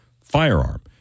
firearm